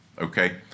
okay